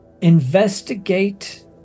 investigate